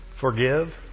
Forgive